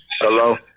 Hello